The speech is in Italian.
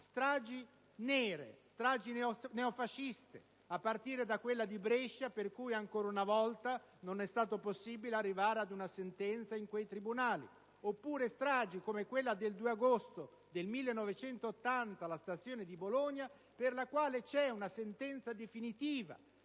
stragi nere, stragi neofasciste, a partire da quella di Brescia, in merito alla quale ancora una volta non è stato possibile arrivare ad una sentenza in quei tribunali, oppure stragi come quella del 2 agosto 1980 alla stazione di Bologna, per la quale c'è una sentenza definitiva